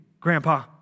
Grandpa